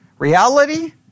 Reality